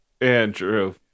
Andrew